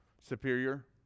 superior